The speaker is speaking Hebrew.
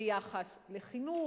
ביחס לחינוך,